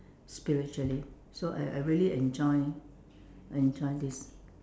spiritually so I I really enjoy enjoy this